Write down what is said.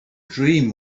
dream